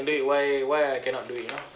do it why why I cannot do it you know